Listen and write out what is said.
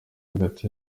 hagati